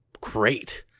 Great